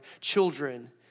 children